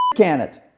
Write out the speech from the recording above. can it.